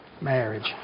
marriage